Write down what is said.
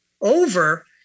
over